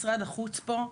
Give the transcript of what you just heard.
משרד החוץ פה,